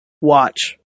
Watch